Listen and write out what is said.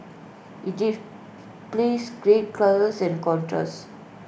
IT displays great colours and contrast